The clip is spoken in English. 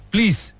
Please